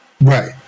right